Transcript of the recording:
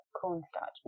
cornstarch